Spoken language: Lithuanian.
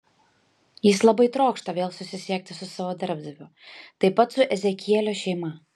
jis labai trokšta vėl susisiekti su savo darbdaviu taip pat su ezekielio šeima